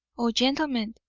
oh, gentlemen,